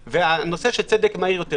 והנושא של צדק מהיר יותר.